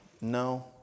no